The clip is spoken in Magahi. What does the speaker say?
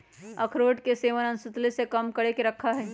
अखरोट के सेवन इंसुलिन के कम करके रखा हई